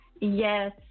Yes